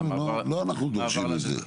לא אנחנו דורשים את זה.